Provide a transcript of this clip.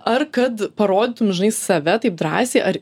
ar kad parodytum žinai save taip drąsiai ar